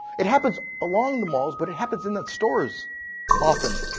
it happens along the malls, but it happens in the stores often.